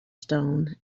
stone